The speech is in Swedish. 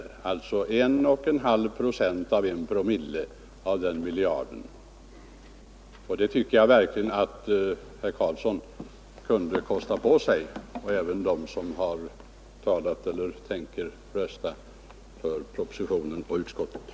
Det gäller alltså 1,5 procent av 1 promille av denna miljard. Det tycker jag verkligen att herr Karlsson kunde kosta på sig — och även de som stöder utskottsmajoriteten.